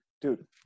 dude